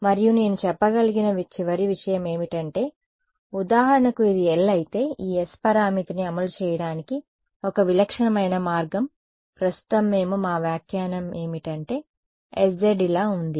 మరియు నేను చెప్పగలిగిన చివరి విషయం ఏమిటంటే ఉదాహరణకు ఇది L అయితే ఈ S పరామితిని అమలు చేయడానికి ఒక విలక్షణమైన మార్గం ప్రస్తుతం మేము మా వ్యాఖ్యానం ఏమిటంటే sz ఇలా ఉంది